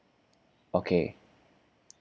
okay